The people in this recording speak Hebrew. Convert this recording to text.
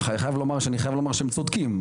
אני חייב לומר שהם צודקים,